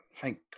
Thank